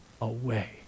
away